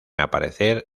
aparecer